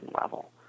level